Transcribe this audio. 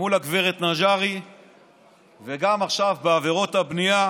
מול הגב' נג'רי וגם עכשיו בעבירות הבנייה,